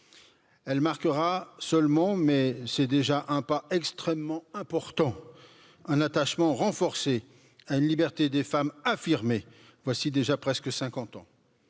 Elle marquera seulement, mais c'est déjà un pas extrêmement important. Un attachement renforcé à une liberté des femmes, affirmée voici déjà presque 50 ans,